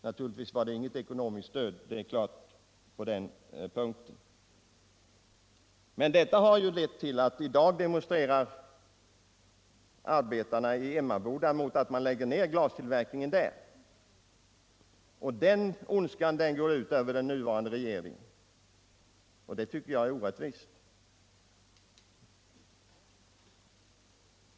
Naturligtvis var det inget ekonomiskt stöd, det är klart på den punkten. Men Pilkingtons etablering i Halmstad har ju lett till att i dag demonstrerar arbetarna i Emmaboda mot att man lägger ner glastillverkningen där. Den ondskan går ut över den nuvarande regeringen, och det tycker jag är Orättvist.